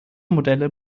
modelle